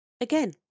Again